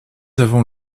avant